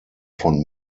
von